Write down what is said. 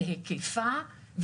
בהיקפה,